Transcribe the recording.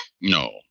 No